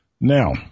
Now